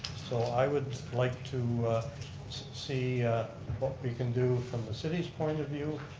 so i would like to see what we can do from the city's point of view,